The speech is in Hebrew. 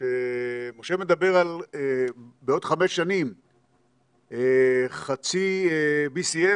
כשמשה מדבר על בעוד חמש שנים חצי BCM